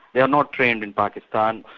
they're not trained in pakistan.